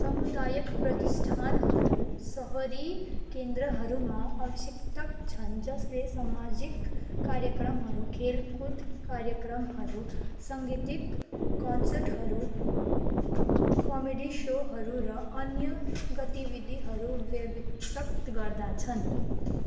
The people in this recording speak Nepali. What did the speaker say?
सामुदायिक प्रतिष्ठानहरू सहरी केन्द्रहरूमा आवश्यकता छन् जसले सामाजिक कार्यक्रमहरू खेलकुद कार्यक्रमहरू साङ्गीतिक कन्सर्टहरू कमेडी सोहरू र अन्य गतिविधिहरू व्यवस्थित गर्दछन्